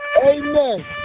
Amen